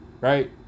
Right